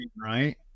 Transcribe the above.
Right